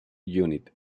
unit